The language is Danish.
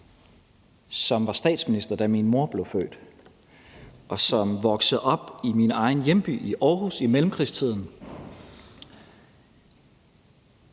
som var statsminister, da min mor blev født, og som voksede op i min egen hjemby, Aarhus, i mellemkrigstiden.